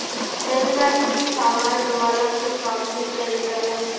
बैलगाड़ी से सामान ढोअला के काम भी कईल जाला